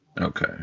Okay